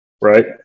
Right